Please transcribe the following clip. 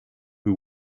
who